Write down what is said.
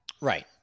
Right